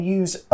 use